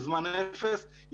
בזמן אפס,